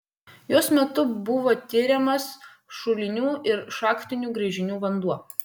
jos metu buvo tiriamas šulinių ir šachtinių gręžinių vanduo